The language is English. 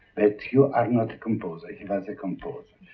ah you are not composer, he was a composer.